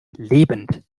lebend